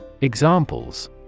Examples